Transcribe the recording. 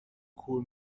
کور